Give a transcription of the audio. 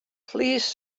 please